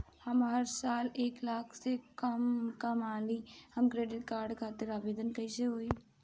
हम हर साल एक लाख से कम कमाली हम क्रेडिट कार्ड खातिर आवेदन कैसे होइ?